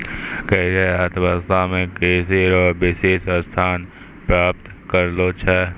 कृषि अर्थशास्त्र मे कृषि रो विशिष्ट स्थान प्राप्त करलो छै